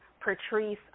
Patrice